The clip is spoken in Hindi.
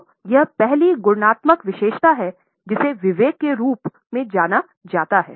तो यह पहली गुणात्मक विशेषता है जिसे विवेक के रूप में जाना जाता है